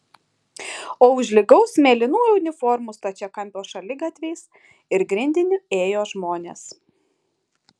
o už lygaus mėlynų uniformų stačiakampio šaligatviais ir grindiniu ėjo žmonės